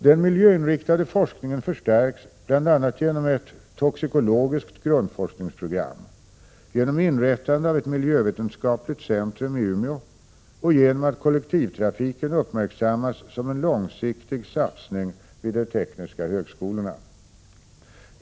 Den miljöinriktade forskningen förstärks bl.a. genom ett toxikologiskt grundforskningsprogram, genom inrättande av ett miljövetenskapligt centrum i Umeå och genom att kollektivtrafiken uppmärksammas som en långsiktig satsning vid de tekniska högskolorna.